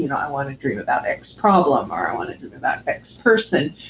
you know i want to dream about x problem or, i want to dream about x person,